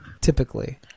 typically